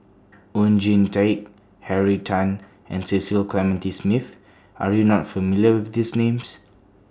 Oon Jin Teik Henry Tan and Cecil Clementi Smith Are YOU not familiar with These Names